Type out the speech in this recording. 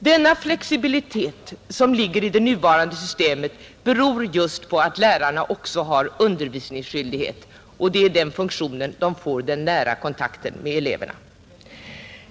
Denna flexibilitet i det nuvarande systemet beror just på att lärarna också har undervisningsskyldighet, och det är i den funktionen de får den nära kontakten med eleverna.